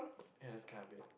ya that's kind of weird